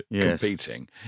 competing